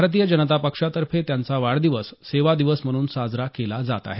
भारतीय जनता पक्षातर्फे त्यांचा वाढदिवस सेवा दिवस म्हणून साजरा केला जात आहे